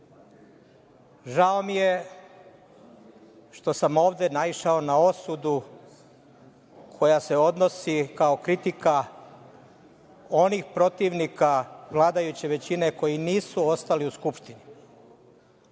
mi je što sam ovde naišao na osudu koja se odnosi kao kritika onih protivnika vladajuće većine koji nisu ostali u Skupštini.